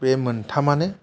बे मोनथामआनो